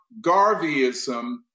Garveyism